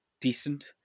decent